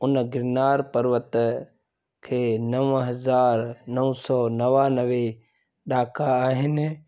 उन गिरनार पर्वत ते नव हज़ार नौ सौ नवानवें ॾाका आहिनि